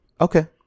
Okay